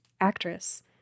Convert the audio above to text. actress